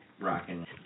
rocking